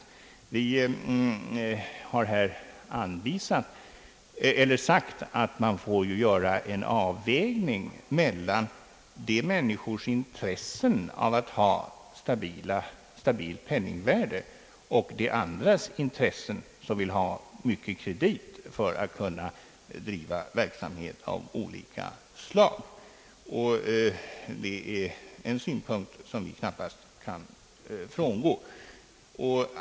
Vi har här sagt att man får göra en avvägning mellan människors intressen att ha ett stabilt penningvärde och andras intressen att ha mycket kredit för att kunna driva verksamhet av olika slag. Det är en synpunkt som vi inte kan frångå.